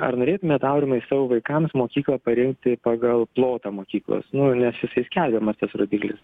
ar norėtumėt aurimai savo vaikams mokyklą parinkti pagal plotą mokyklos nu nes jisai selbiamas tas rodiklis